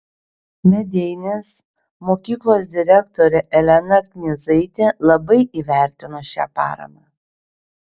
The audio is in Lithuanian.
medeinės mokyklos direktorė elena knyzaitė labai įvertino šią paramą